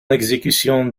exécution